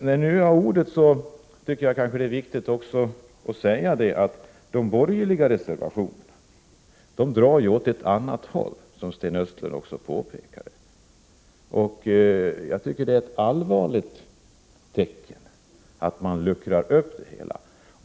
När jag nu har ordet tycker jag det är viktigt att säga att de borgerliga reservanterna drar åt ett annat håll, vilket Sten Östlund också påpekade. Det är ett allvarligt tecken på att man vill luckra upp det hela.